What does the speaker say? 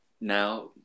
now